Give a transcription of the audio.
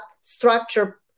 structure